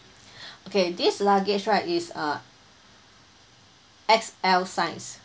okay this luggage right is uh X_L size